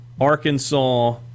Arkansas